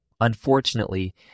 Unfortunately